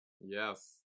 Yes